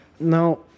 Now